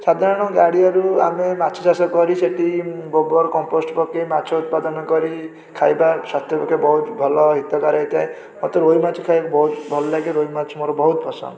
ସାଧାରଣ ଗାଡ଼ିଆରୁ ଆମେ ମାଛ ଚାଷ କରି ସେଇଠି ଗୋବର କମ୍ପୋଷ୍ଟ୍ ପକେଇ ମାଛ ଉତ୍ପାଦନ କରି ଖାଇବା ସ୍ୱାସ୍ଥ୍ୟ ପକ୍ଷେ ବହୁତ ଭଲ ହିତକର ହେଇଥାଏ ମୋତେ ରୋହି ମାଛ ଖାଇବାକୁ ବହୁତ ଭଲ ଲାଗେ ରୋହି ମାଛ ମୋର ବହୁତ ପସନ୍ଦ